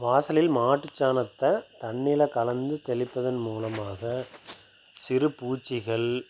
வாசலில் மாட்டுச் சாணத்தை தண்ணீரில கலந்து தெளிப்பதன் மூலமாக சிறு பூச்சிகள்